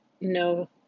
no